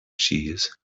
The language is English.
cheese